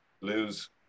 lose